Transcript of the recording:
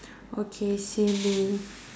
okay silly